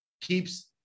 keeps